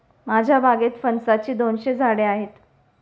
माझ्या बागेत फणसाची दोनशे झाडे आहेत